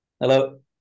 Hello